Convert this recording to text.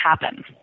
happen